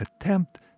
attempt